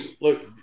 look